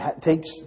takes